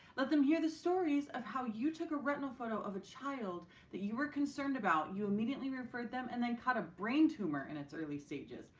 them hear the stories of how you took a retinal photo of a child that you were concerned about, you immediately referred them, and then caught a brain tumor in its early stages.